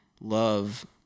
love